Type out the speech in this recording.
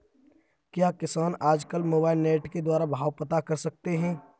क्या किसान आज कल मोबाइल नेट के द्वारा भाव पता कर सकते हैं?